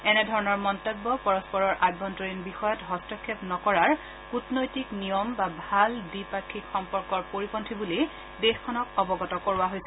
এনে ধৰণৰ মন্তব্য পৰস্পৰৰ অভ্যন্তৰীণ বিষয়ত হস্তক্ষেপ নকৰাৰ কূটনৈতিক নিয়ম বা ভাল দ্বিপাক্ষিক সম্পৰ্কৰ পৰিপন্থী বুলি দেশখনক অৱগত কৰোৱা হৈছে